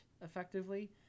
effectively